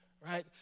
right